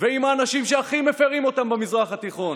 והם האנשים שהכי מפירים אותן במזרח התיכון.